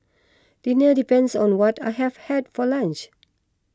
dinner depends on what I have had for lunch